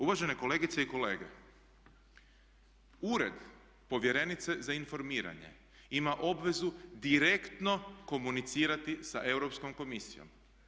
Uvažene kolegice i kolege ured povjerenice za informiranje ima obvezu direktno komunicirati sa Europskom komisijom.